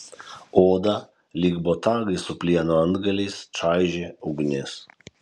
odą lyg botagai su plieno antgaliais čaižė ugnis